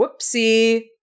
whoopsie